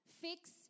Fix